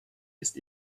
ist